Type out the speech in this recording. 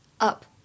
up